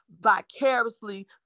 vicariously